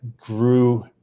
grew